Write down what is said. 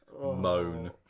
Moan